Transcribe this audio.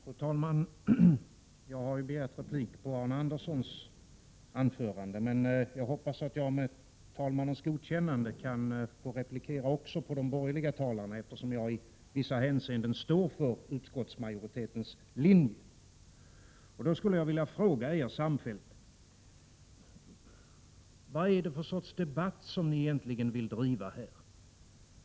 Fru talman! Jag har begärt replik på Arne Anderssons i Gamleby anförande, men jag hoppas att jag med fru talmannens godkännande kan få replikera också på de borgerliga talarnas inlägg, eftersom jag i vissa hänseenden står för utskottsmajoritetens linje. Då skulle jag vilja fråga er samfällt: Vad är det för sorts debatt som ni egentligen vill driva här?